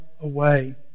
away